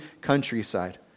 countryside